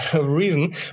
reason